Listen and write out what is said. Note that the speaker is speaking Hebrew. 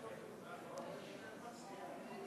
הכנסת